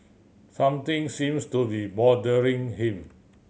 something seems to be bothering him